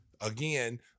again